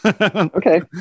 Okay